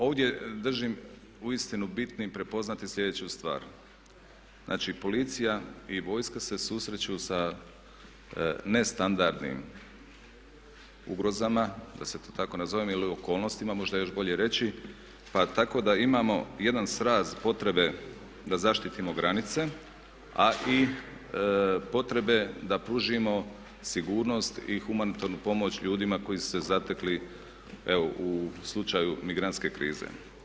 Ovdje držim uistinu bitnim prepoznati sljedeću stvar, znači policija i vojska se susreću sa nestandardnim ugrozama da to tako nazovem ili okolnostima možda je još bolje reći pa tako da imamo jedan sraz potrebe da zaštitimo granice, a i potrebe da pružimo sigurnost i humanitarnu pomoć ljudima koji su se zatekli evo u slučaju migrantske krize.